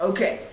Okay